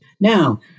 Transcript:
Now